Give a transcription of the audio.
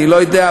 אני לא יודע,